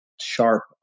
sharp